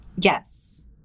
Yes